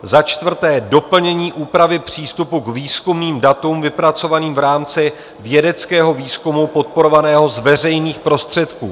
Za čtvrté, doplnění úpravy přístupu k výzkumným datům vypracovaným v rámci vědeckého výzkumu podporovaného z veřejných prostředků.